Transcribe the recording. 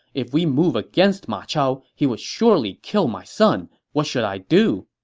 if we move against ma chao, he would surely kill my son. what should i do?